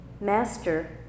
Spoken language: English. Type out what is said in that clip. Master